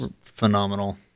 Phenomenal